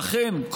ואכן,